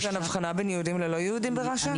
יש הבחנה בין יהודים ללא-יהודים ברש"א?